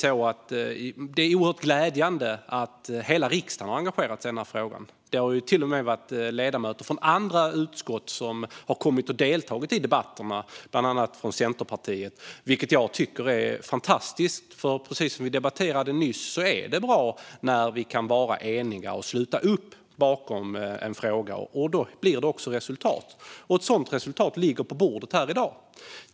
Det är oerhört glädjande att hela riksdagen har engagerat sig i den här frågan. Det har till och med kommit ledamöter från andra utskott och deltagit i debatterna, bland annat från Centerpartiet, vilket jag tycker är fantastiskt. Precis som vi debatterade nyss är det bra när vi kan vara eniga och sluta upp bakom en fråga. Då blir det också resultat. Ett sådant resultat ligger på bordet här i dag.